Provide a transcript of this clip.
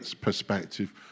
perspective